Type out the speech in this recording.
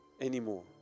anymore